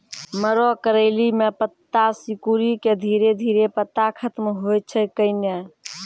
मरो करैली म पत्ता सिकुड़ी के धीरे धीरे पत्ता खत्म होय छै कैनै?